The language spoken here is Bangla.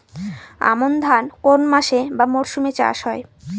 আমন ধান কোন মাসে বা মরশুমে চাষ হয়?